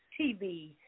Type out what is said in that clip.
tv